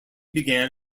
began